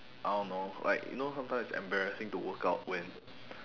I don't know like you know sometimes it's embarrassing to workout when